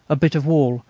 a bit of wall,